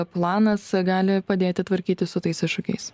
planas gali padėti tvarkytis su tais iššūkiais